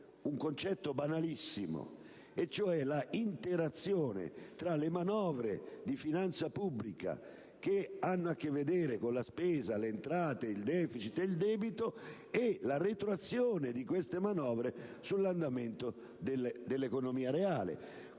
un concetto davvero banale, ossia l'interazione tra le manovre di finanza pubblica, che hanno a che vedere con la spesa, le entrate, il deficit e il debito, e la retroazione di dette manovre sull'andamento dell'economia reale.